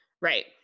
Right